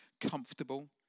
comfortable